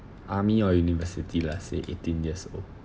army or university lah say eighteen years old